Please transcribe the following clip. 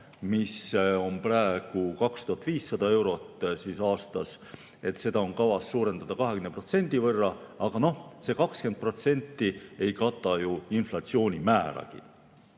mis on praegu 2500 eurot aastas, on kavas suurendada 20% võrra. Aga noh, see 20% ei kata ju inflatsioonimääragi.